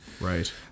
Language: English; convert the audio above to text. Right